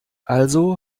also